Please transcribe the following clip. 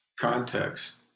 context